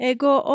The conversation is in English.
Ego